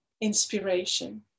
inspiration